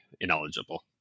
ineligible